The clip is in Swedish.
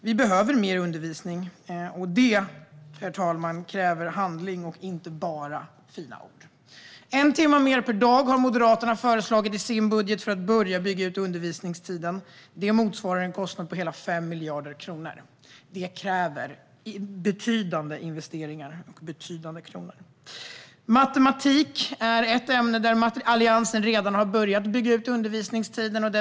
Vi behöver mer undervisning, och det kräver handling och inte bara fina ord, herr talman. Moderaterna har i sin budget föreslagit en timme mer per dag för att börja bygga ut undervisningstiden. Det motsvarar en kostnad på hela 5 miljarder kronor. Det kräver betydande investeringar och ett betydande antal kronor. Vad gäller matematik har Alliansen redan börjat bygga ut undervisningstiden.